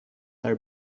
are